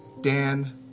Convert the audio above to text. Dan